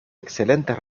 excelentes